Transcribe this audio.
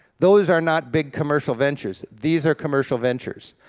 those are not big commercial ventures, these are commercial ventures.